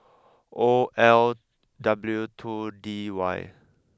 O L W two D Y